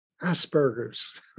Asperger's